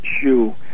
shoe